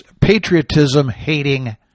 patriotism-hating